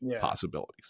possibilities